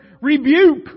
rebuke